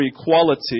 equality